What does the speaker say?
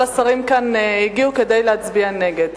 כל השרים הגיעו כדי להצביע נגד.